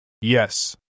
Yes